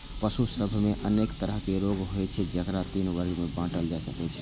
पशु सभ मे अनेक तरहक रोग होइ छै, जेकरा तीन वर्ग मे बांटल जा सकै छै